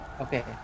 Okay